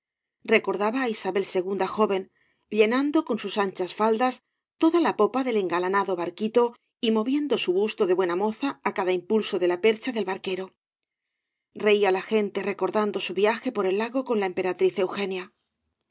recordaba á isabel ii joven llenando con sus anchas faldas toda la popa del engalanado barquito y moviendo su busto de buena moza á cada impulso de la percha del barquero reía la gente recordando su viaje por el lago con la emperatriz eugenia